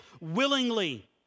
willingly